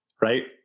right